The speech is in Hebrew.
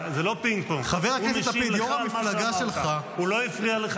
הוא מגיב להצעה שלי, הוא לא משיב לי.